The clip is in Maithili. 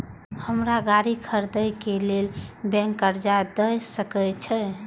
हमरा गाड़ी खरदे के लेल बैंक कर्जा देय सके छे?